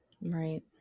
Right